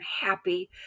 happy